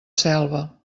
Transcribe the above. selva